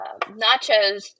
nachos